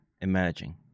emerging